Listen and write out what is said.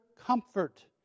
comfort